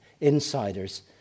insiders